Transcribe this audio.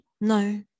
No